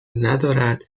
ندارد